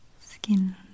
skin